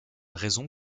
raison